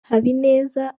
habineza